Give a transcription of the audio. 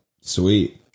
Sweet